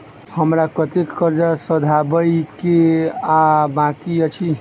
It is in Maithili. हमरा कतेक कर्जा सधाबई केँ आ बाकी अछि?